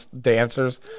dancers